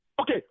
Okay